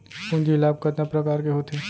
पूंजी लाभ कतना प्रकार के होथे?